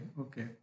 okay